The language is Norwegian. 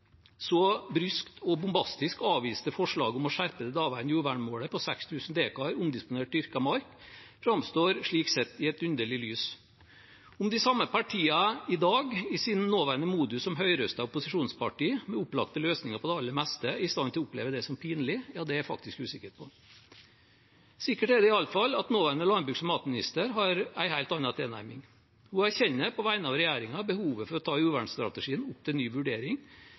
så bryskt og bombastisk avviste forslaget om å skjerpe det daværende jordvernmålet på 6 000 dekar omdisponert dyrket mark, framstår slik sett i et underlig lys. Om de samme partiene i dag, i sin nåværende modus som høyrøstede opposisjonspartier, med opplagte løsninger på det aller meste, er i stand til å oppleve det som pinlig, ja, det er jeg faktisk usikker på. Sikkert er det iallfall at nåværende landbruks- og matminister har en helt annen tilnærming. Hun erkjenner på vegne av regjeringen behovet for å ta jordvernstrategien opp til ny vurdering